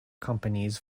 companies